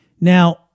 Now